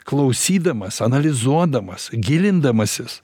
klausydamas analizuodamas gilindamasis